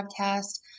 podcast